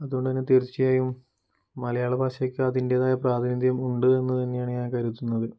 അതുകൊണ്ടുതന്നെ തീർച്ചയായും മലയാള ഭാഷയ്ക്ക് അതിൻ്റേതായ പ്രാധിനിധ്യം ഉണ്ട് എന്നു തന്നെയാണ് ഞാൻ കരുതുന്നത്